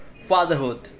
Fatherhood